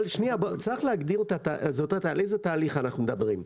צריך להגדיר על איזה תהליך אנחנו מדברים.